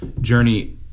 journey